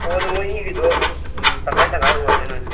ꯑꯣ ꯑꯗꯨ ꯃꯣꯏꯅꯤꯒꯤꯗꯣ ꯇꯪꯈꯥꯏ ꯇꯪꯈꯥꯏ ꯑꯣꯏꯔꯁꯅꯨꯅꯦ